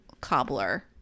cobbler